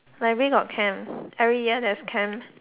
library got camp every year there's camp